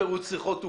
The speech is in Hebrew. פירוט שיחות זה